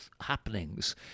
happenings